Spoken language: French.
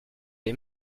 les